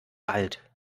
alt